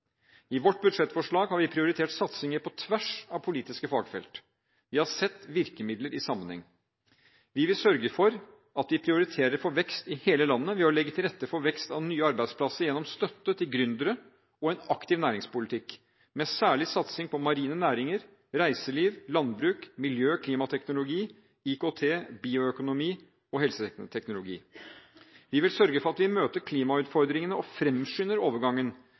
I vårt budsjettforslag har vi prioritert satsinger på tvers av politiske fagfelt, vi har sett virkemidler i sammenheng. Vi vil sørge for at vi prioriterer for vekst i hele landet ved å legge til rette for vekst og nye arbeidsplasser gjennom støtte til gründere og en aktiv næringspolitikk, med særlig satsing på marine næringer, reiseliv, landbruk, miljø-/klimateknologi, IKT, bioøkonomi og helseteknologi. Vi vil sørge for at vi møter klimautfordringene og fremskynder overgangen